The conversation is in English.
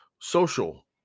social